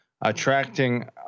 attracting